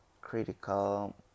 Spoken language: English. critical